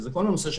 זה כל הנושא של